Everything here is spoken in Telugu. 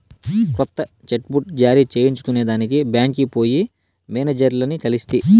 కొత్త చెక్ బుక్ జారీ చేయించుకొనేదానికి బాంక్కి పోయి మేనేజర్లని కలిస్తి